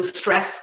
stress